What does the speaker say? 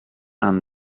aan